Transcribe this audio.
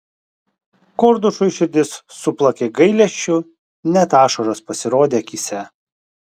kordušui širdis suplakė gailesčiu net ašaros pasirodė akyse